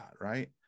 right